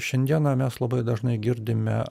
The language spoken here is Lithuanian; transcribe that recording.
šiandieną mes labai dažnai girdime